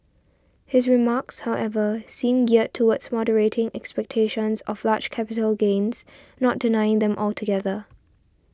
his remarks however seem geared towards moderating expectations of large capital gains not denying them altogether